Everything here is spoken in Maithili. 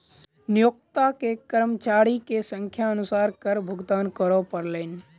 नियोक्ता के कर्मचारी के संख्या अनुसार कर भुगतान करअ पड़लैन